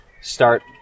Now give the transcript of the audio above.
start